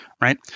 right